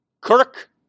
Kirk